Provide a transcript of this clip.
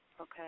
Okay